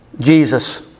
Jesus